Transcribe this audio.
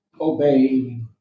obey